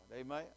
Amen